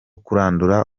kurandura